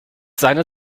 seine